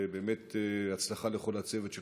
ובאמת הצלחה לכל הצוות שלך.